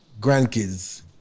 grandkids